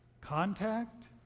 contact